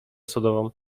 sodową